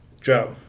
Joe